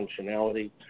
functionality